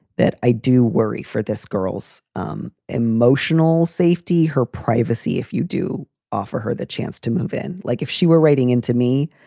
that i do worry for this girl's um emotional safety, her privacy. if you do offer her the chance to move in, like if she were writing into me,